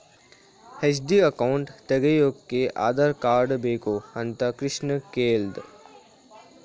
FD account ತೆಗೆಯೋಕೆ Aadhaar card ಬೇಕು ಅಂತ ಕೃಷ್ಣ ಕೇಳ್ದ